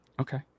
Okay